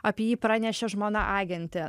apie jį pranešė žmona agentė